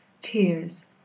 Tears